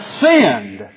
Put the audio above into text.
sinned